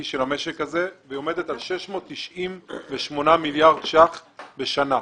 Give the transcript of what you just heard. של המשק הזה והיא עומדת על 698 מיליארד שקלים בשנה.